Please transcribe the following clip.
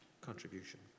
contribution